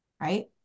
right